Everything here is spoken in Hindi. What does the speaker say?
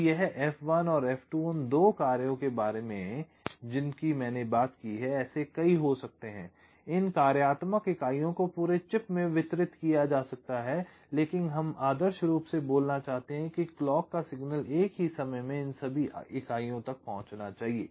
तो यह F1 और F2 उन दो कार्यों के बारे में जिनकी मैंने बात की है ऐसे कई हो सकते हैं इन कार्यात्मक इकाइयों को पूरे चिप में वितरित किया जा सकता है लेकिन हम आदर्श रूप से बोलना चाहते हैं कि क्लॉक का सिग्नल एक ही समय में इन सभी इकाइयों तक पहुंचना चाहिए